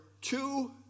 two